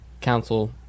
council